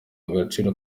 agaciro